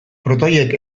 protoiek